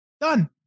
Done